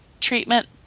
treatment